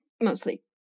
mostly